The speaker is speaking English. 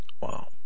Wow